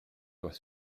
doit